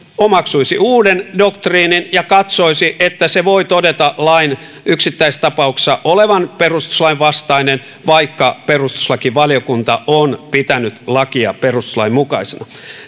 omaksuisi uuden doktriinin ja katsoisi että se voi todeta lain yksittäistapauksessa olevan perustuslain vastainen vaikka perustuslakivaliokunta on pitänyt lakia perustuslain mukaisena